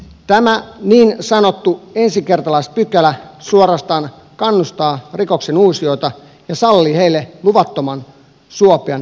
tämä niin sanottu ensikertalaispykälä suorastaan kannustaa rikoksenuusijoita ja sallii heille luvattoman suopean kohtelun